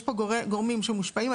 יש פה גורמים שמושפעים.